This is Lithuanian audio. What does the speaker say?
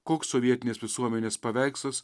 koks sovietinės visuomenės paveikslas